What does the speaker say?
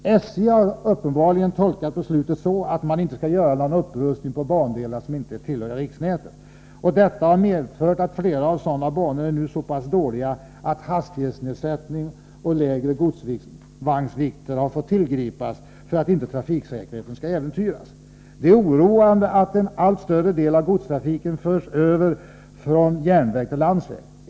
SJ har uppenbarligen tolkat beslutet så, att man inte bör göra några upprustningar på de bandelar som inte tillhör riksnätet. Det har medfört att flera sådana banor nu är så pass dåliga att hastighetsnedsättningar resp. lägre godsvagnsvikter fått tillgripas för att inte trafiksäkerheten skall äventyras. Det är oroande att en allt större del av godstrafiken förts över från järnväg till landsväg.